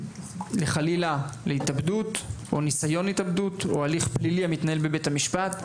חלילה להתאבדות או ניסיון התאבדות או הליך פלילי המתנהל בבית המשפט,